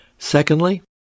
Secondly